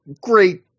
great